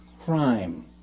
crime